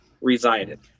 resided